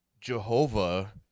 Jehovah